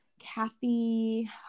Kathy